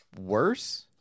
worse